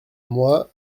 moi